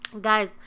Guys